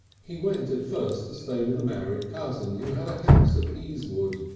he went at first to stay with a married cousin who had a house at easewood.